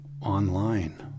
online